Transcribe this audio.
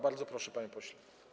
Bardzo proszę, panie pośle.